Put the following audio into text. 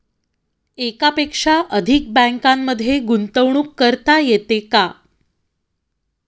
एकापेक्षा अधिक बँकांमध्ये गुंतवणूक करता येते का?